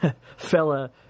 fella